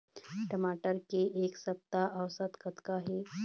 टमाटर के एक सप्ता औसत कतका हे?